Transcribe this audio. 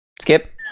Skip